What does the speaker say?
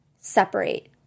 separate